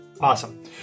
Awesome